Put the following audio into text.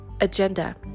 agenda